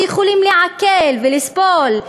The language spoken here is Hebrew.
שיכולים לעכל ולסבול,